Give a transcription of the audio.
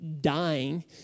dying